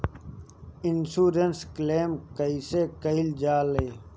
Insurance claim कइसे कइल जा ले?